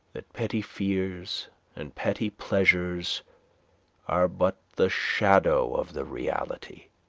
that petty fears and petty pleasures are but the shadow of the reality.